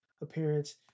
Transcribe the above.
appearance